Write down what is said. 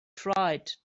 tried